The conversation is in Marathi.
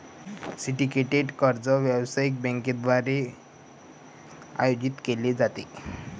सिंडिकेटेड कर्ज व्यावसायिक बँकांद्वारे आयोजित केले जाते